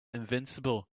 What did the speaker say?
invincible